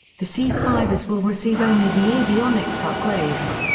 the c five as will receive only the avionics upgrades.